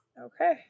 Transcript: okay